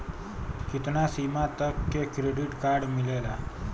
कितना सीमा तक के क्रेडिट कार्ड मिलेला?